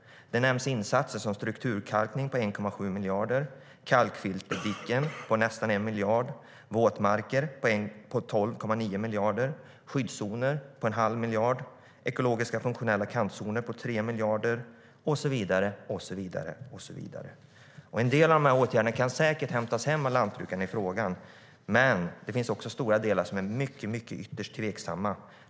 Det nämns insatser som strukturkalkning på 1,7 miljarder, kalkfilterdiken på nästan 1 miljard, våtmarker på 12,9 miljarder, skyddszoner på en halv miljard, ekologiska funktionella kantzoner på 3 miljarder och så vidare. En del av de åtgärderna kan säkert hämtas hem av lantbrukaren i fråga. Men det finns stora delar som är ytterst tveksamma.